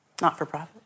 not-for-profit